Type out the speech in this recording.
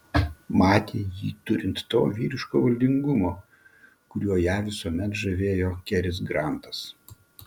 matė jį turint to vyriško valdingumo kuriuo ją visuomet žavėjo keris grantas